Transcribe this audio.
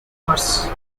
horse